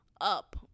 up